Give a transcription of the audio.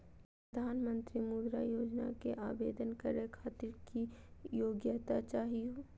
प्रधानमंत्री मुद्रा योजना के आवेदन करै खातिर की योग्यता चाहियो?